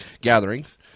gatherings